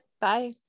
bye